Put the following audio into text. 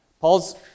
Paul's